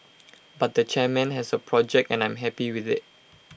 but the chairman has A project and I am happy with IT